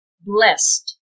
blessed